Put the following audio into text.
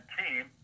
team